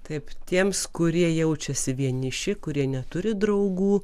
taip tiems kurie jaučiasi vieniši kurie neturi draugų